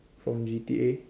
from G_T_A